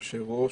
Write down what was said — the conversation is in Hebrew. היושב-ראש.